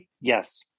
Yes